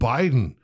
Biden